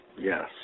Yes